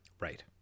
Right